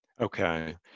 Okay